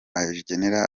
agenera